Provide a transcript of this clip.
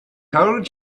told